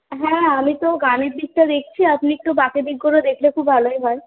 হ্যাঁ আমি তো গানের দিকটা দেখছি আপনি একটু বাকি দিকগুলো দেখলে খুব ভালোই হয়